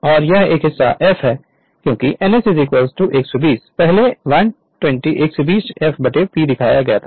और यह एक हिस्सा f है क्योंकि ns 120 पहले 120 f P दिखाया गया था